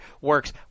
works